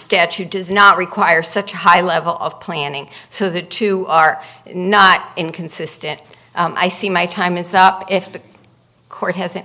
statute does not require such high level of planning so the two are not inconsistent i see my time is up if the court has